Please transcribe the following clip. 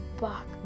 Back